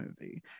movie